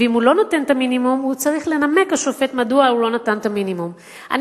ואם השופט לא נותן את המינימום הוא